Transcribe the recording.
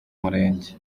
murenge